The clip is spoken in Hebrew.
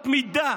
בחוסר אמות מידה.